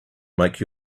make